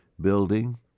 building